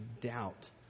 doubt